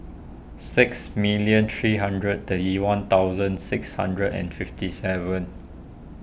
six million three hundred thirty one thousand six hundred and fifty seven